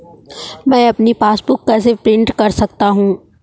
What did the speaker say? मैं अपनी पासबुक कैसे प्रिंट कर सकता हूँ?